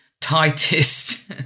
tightest